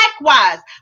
likewise